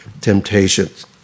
temptations